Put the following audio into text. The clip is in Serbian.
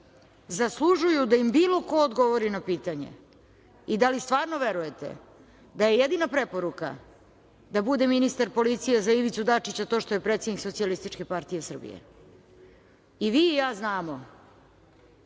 zaslužuju da im bilo ko odgovori na pitanje? I da li stvarno verujete da je jedina preporuka da bude ministar policije za Ivicu Dačića to što je predsednik SPS?Vi i ja znamo